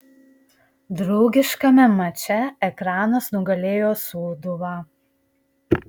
draugiškame mače ekranas nugalėjo sūduvą